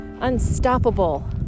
Unstoppable